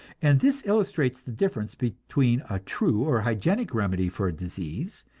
and this illustrates the difference between a true or hygienic remedy for disease,